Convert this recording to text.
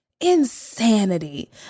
insanity